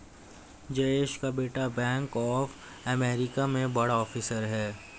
जयेश का बेटा bank of America में बड़ा ऑफिसर है